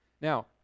Now